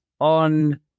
on